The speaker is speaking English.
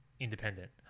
independent